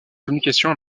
communications